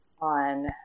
on